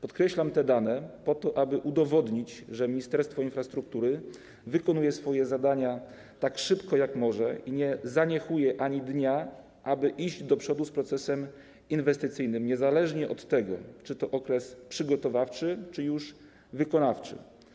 Podkreślam te dane po to, aby udowodnić, że Ministerstwo Infrastruktury wykonuje swoje zadania tak szybko, jak może, i nie zaniechuje ani dnia, aby iść do przodu z procesem inwestycyjnym, niezależnie od tego, czy jest to okres przygotowawczy czy już wykonawczy.